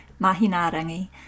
Mahinarangi